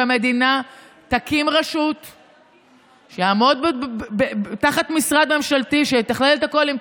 שהמדינה תקים רשות תחת משרד ממשלתי שיתכלל את הכול,